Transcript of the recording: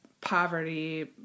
poverty